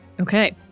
Okay